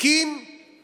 //